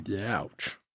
Ouch